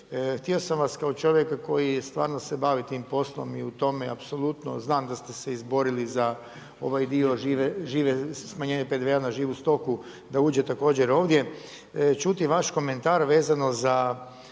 Htio sam vas kao čovjeka koji stvarno se bavi tim poslom i u tome i apsolutno znam da ste se izborili za ovaj dio žive, smanjenje PDV-a na živu stoku, da uđe također ovdje, čuti vaš komentar vezano za